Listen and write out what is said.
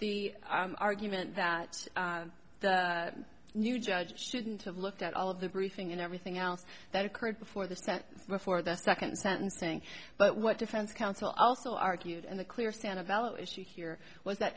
the argument that the new judge shouldn't have looked at all of the briefing and everything else that occurred before the step before the second sentencing but what defense counsel also argued and the clear sanibel issue here was that